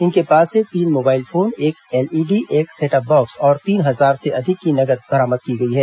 इनके पास से तीन मोबाईल फोन एक एलईडी एक सेटअप बॉक्स और तीन हजार से अधिक की नगद बरामद की गई है